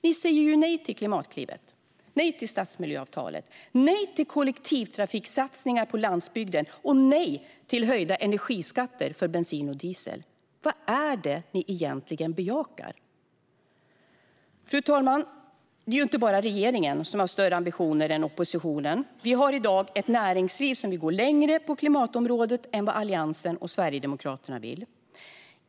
Ni säger ju nej till Klimatklivet, nej till stadsmiljöavtalet, nej till kollektivtrafiksatsningar på landsbygden och nej till höjda energiskatter för bensin och diesel. Vad är det egentligen ni bejakar? Fru talman! Det är inte bara regeringen som har större ambitioner än oppositionen. Vi har i dag ett näringsliv som vill gå längre på klimatområdet än vad Alliansen och Sverigedemokraterna vill.